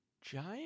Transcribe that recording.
Giant